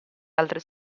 altre